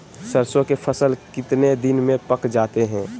सरसों के फसल कितने दिन में पक जाते है?